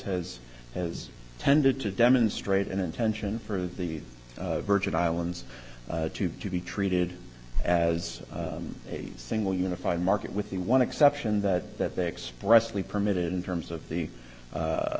has as tended to demonstrate an intention for the virgin islands to be treated as a single unified market with the one exception that that they express lee permitted in terms of the